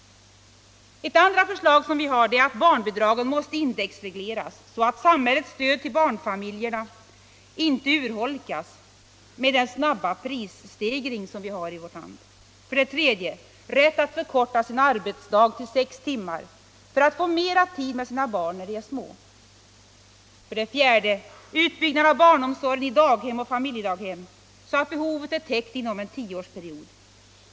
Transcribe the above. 2. Barnbidragen måste indexregleras, så att samhällets stöd till barnfamiljerna inte urholkas med den snabba prisstegring som vi har i vårt land. 3. Rätt att förkorta sin arbetsdag till sex timmar för att få mera tid med sina barn när de är små. 4. Utbyggnad av barnomsorgen i daghem och familjedaghem, så att behovet är täckt inom en tioårsperiod.